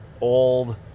old